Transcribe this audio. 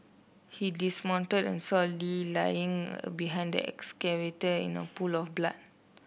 he dismounted and saw Lee lying behind the excavator in a pool of blood